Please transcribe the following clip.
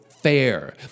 fair